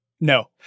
No